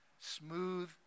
smooth